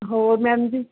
ਹੋਰ ਮੈਮ ਜੀ